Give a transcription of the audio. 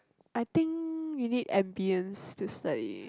I think we need ambience to study